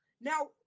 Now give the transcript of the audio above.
now